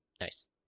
nice